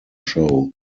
show